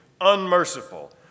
unmerciful